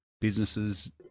businesses